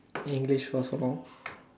English for so long